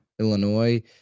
Illinois